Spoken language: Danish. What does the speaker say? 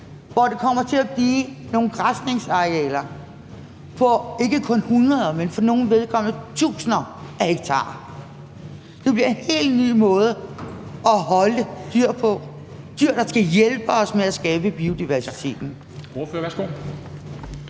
hvor der kommer til at blive nogle græsningsarealer på ikke kun hundreder, men for nogles vedkommende tusinder af hektar. Det bliver en hel ny måde at holde dyr på – dyr, der skal hjælpe os med at skabe biodiversiteten. Kl.